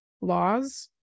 laws